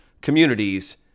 communities